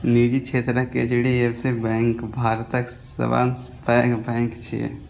निजी क्षेत्रक HDFC bank भारतक सबसं पैघ बैंक छियै